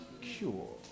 cure